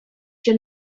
cię